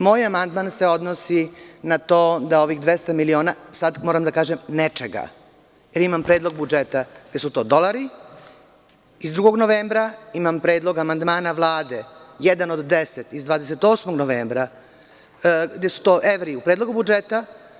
Moj amandman se odnosi na to da ovih 200 miliona, sad moram da kažem, nečega, jer imam predlog budžeta iz 2. novembra da su to dolari, imam predlog amandmana Vlade, jedan od deset, iz 28. novembra, gde su to evri u Predlogu budžeta.